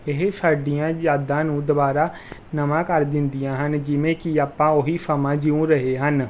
ਇਹ ਸਾਡੀਆਂ ਯਾਦਾਂ ਨੂੰ ਦੁਬਾਰਾ ਨਵਾਂ ਕਰ ਦਿੰਦੀਆਂ ਹਨ ਜਿਵੇਂ ਕਿ ਆਪਾਂ ਉਹੀ ਸਮਾਂ ਜਿਊ ਰਹੇ ਹਨ